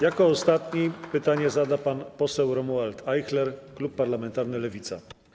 Jako ostatni pytanie zada pan poseł Romuald Ajchler, klub parlamentarny Lewica.